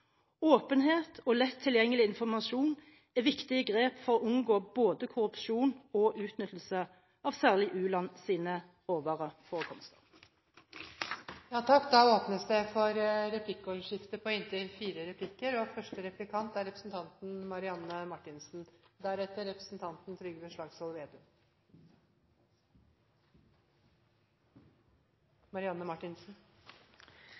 Åpenhet og lett tilgjengelig informasjon er viktige grep for å unngå både korrupsjon og utnyttelse av særlig u-lands råvareforekomster. Det blir åpnet for replikkordskifte. Jeg tror representanten Meling og jeg er